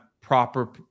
proper